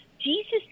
Jesus